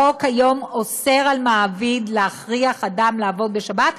החוק היום אוסר על מעביד להכריח אדם לעבוד בשבת,